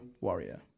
Warrior